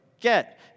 get